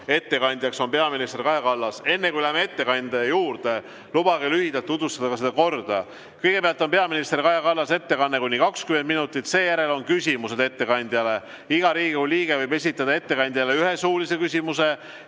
Ettekandja on peaminister Kaja Kallas. Enne, kui läheme ettekande juurde, lubage lühidalt tutvustada [selle punkti menetlemise] korda. Kõigepealt on peaminister Kaja Kallase ettekanne kuni 20 minutit, seejärel on küsimused ettekandjale. Iga Riigikogu liige võib esitada ettekandjale ühe suulise küsimuse